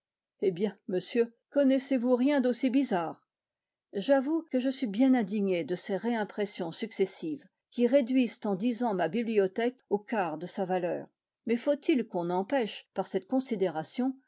eh bien monsieur connaissez-vous rien d'aussi bizarre j'avoue que je suis bien indigné de ces réimpressions successives qui réduisent en dix ans ma bibliothèque au quart de sa valeur mais faut-il qu'on empêche par cette considération